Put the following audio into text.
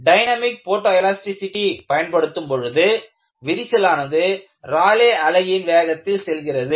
dynamic photo elasticity பயன்படுத்தும் பொழுது விரிசலானது ராய்லே அலையின் வேகத்தில் செல்கிறது